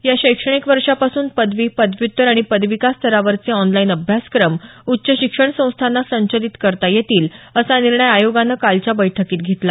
या शैक्षणिक वर्षापासून पदवी पदव्यूत्तर आणि पदविका स्तरावरचे ऑनलाईन अभ्यासक्रम उच्च शिक्षण संस्थांना संचालित करता येतील असा निर्णय आयोगानं कालच्या बैठकीत घेतला